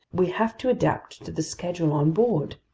we have to adapt to the schedule on board,